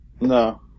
No